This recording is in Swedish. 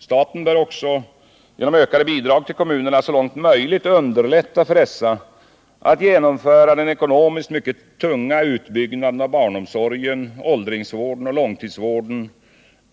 Staten bör också genom ökade bidrag till kommunerna så långt möjligt underlätta för dessa att genomföra den ekonomiskt mycket tunga utbyggnaden av barnomsorgen, åldringsvården och långtidsvården